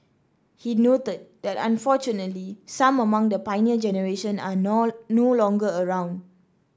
he noted that unfortunately some among the Pioneer Generation are now no longer around